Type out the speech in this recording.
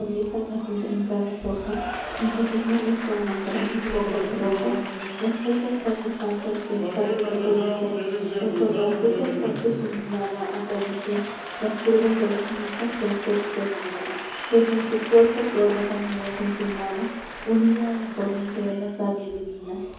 atraviesan las intrincadas hojas mientras sus manos toman para sus bocas rojas las frescas bayas altas que el sátiro codicia junto a la oculta fuente su mirada acaricia las curvas de las ninfas del séquito de diana pues en su cuerpo corre también la esencia humana unida a la corriente de la savia divina y